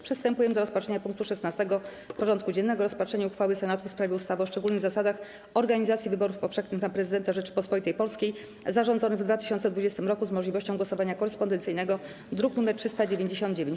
Przystępujemy do rozpatrzenia punktu 16. porządku dziennego: Rozpatrzenie uchwały Senatu w sprawie ustawy o szczególnych zasadach organizacji wyborów powszechnych na Prezydenta Rzeczypospolitej Polskiej zarządzonych w 2020 r. z możliwością głosowania korespondencyjnego (druk nr 399)